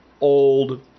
old